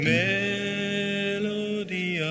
melody